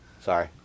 Sorry